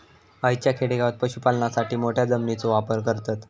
हयच्या खेडेगावात पशुपालनासाठी मोठ्या जमिनीचो वापर करतत